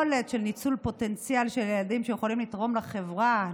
יכולת של ניצול פוטנציאל של ילדים שיכולים לתרום לחברה,